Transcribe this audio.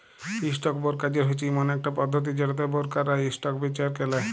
stock brokerage হচ্যে ইমন একট পধতি যেটতে বোরকাররা ইসটক বেঁচে আর কেলে